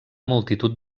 multitud